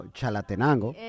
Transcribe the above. Chalatenango